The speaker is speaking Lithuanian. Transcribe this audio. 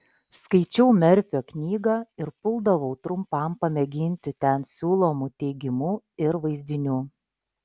skaičiau merfio knygą ir puldavau trumpam pamėginti ten siūlomų teigimų bei vaizdinių